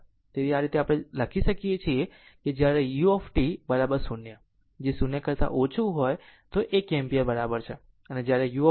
તેથી આ રીતે આ રીતે લખી શકો છો જ્યારે u 0 જે 0 કરતા ઓછું હોય તે 1 એમ્પીયર બરાબર છે અને જ્યારે u 1 છે